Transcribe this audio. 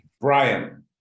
Brian